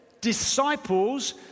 disciples